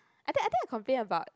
I think I think I complain about